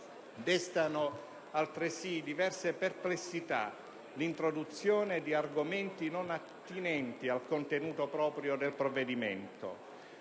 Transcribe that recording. Destano altresì diverse perplessità l'introduzione di argomenti non attinenti al contenuto proprio del provvedimento;